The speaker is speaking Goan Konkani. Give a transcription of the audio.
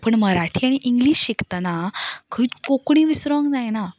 पूण मराठी आनी इंग्लीश शिकतना खंयच कोंकणी विसरूंक जायना